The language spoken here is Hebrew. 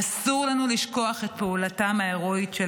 אסור לנו לשכוח את פעולתם ההירואית של